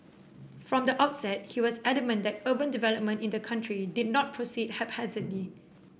from the outset he was adamant that urban development in the country did not proceed haphazardly